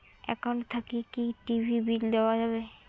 Account থাকি কি TV bill দেওয়া যাবে?